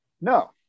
no